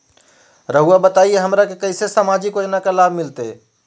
रहुआ बताइए हमरा के कैसे सामाजिक योजना का लाभ मिलते?